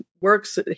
works